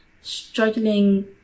struggling